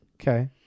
Okay